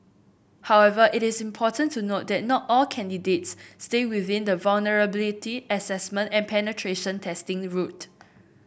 however it is important to note that not all candidates stay within the vulnerability assessment and penetration testing route